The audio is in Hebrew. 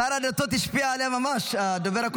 שר הדתות השפיע עליה ממש, הדובר הקודם.